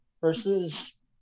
versus